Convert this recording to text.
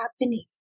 happening